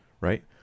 right